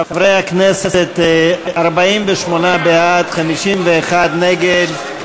חברי הכנסת, 48 בעד, 51 נגד.